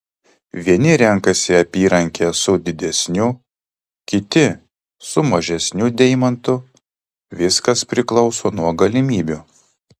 vieni renkasi apyrankę su didesniu kiti su mažesniu deimantu viskas priklauso nuo galimybių